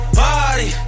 party